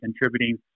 contributing